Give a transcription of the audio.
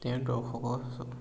তেওঁৰ দৰ্শকৰ